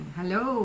Hello